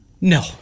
No